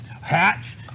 Hats